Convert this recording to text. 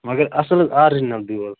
مگر اَصٕل حظ آرجِنَل بیٛوٚل